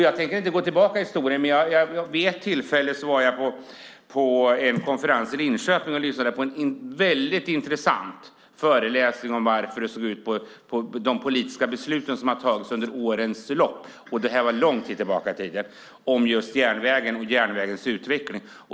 Jag tänker inte gå tillbaka i historien, men vid ett tillfälle var jag på en konferens i Linköping och lyssnade på en intressant föreläsning om de politiska beslut som hade fattats under årens lopp - långt tillbaka i tiden - om just järnvägens utveckling.